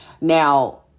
Now